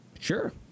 sure